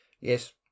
Yes